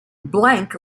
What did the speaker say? blank